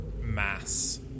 mass